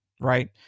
right